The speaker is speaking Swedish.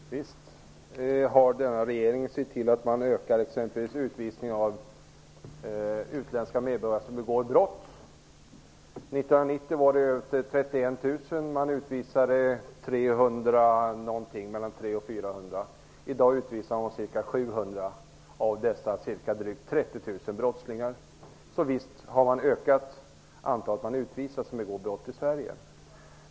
Herr talman! Visst har denna regering sett till att öka exempelvis antalet utvisningar av utländska medborgare som begått brott. 1990 var antalet utländska brottslingar 31 000. Av dessa utvisades 300--400. I dag utvisas ca 700 av dessa drygt 30 000 brottslingar. Så visst har man ökat antalet utvisningar bland dem som begår brott i Sverige.